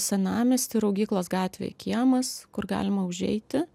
senamiesty raugyklos gatvėj kiemas kur galima užeiti